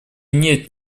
нет